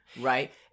Right